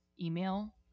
email